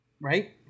right